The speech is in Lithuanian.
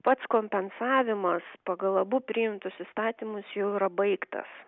pats kompensavimas pagal abu priimtus įstatymus jau yra baigtas